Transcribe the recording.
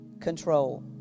control